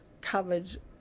covered